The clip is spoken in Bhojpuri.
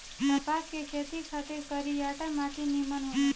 कपास के खेती खातिर करिया माटी निमन होला